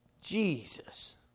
Jesus